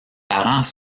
parents